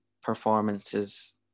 performances